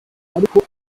ariko